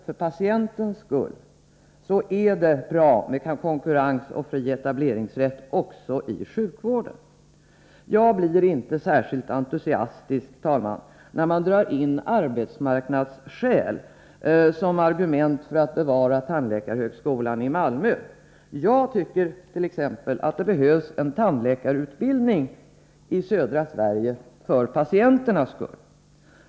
För patientens bästa är det med andra ord bra med konkurrens och fri etableringsrätt även i sjukvården. Jag blir inte särskilt entusiastisk, herr talman, när man använder arbetsmarknadsskäl som argument för att bevara tandläkarhögskolan i Malmö. Jag tycker t.ex. det behövs en tandläkarutbildning i södra Sverige — för patienternas skull.